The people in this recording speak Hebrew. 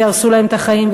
ויהרסו להם את החיים,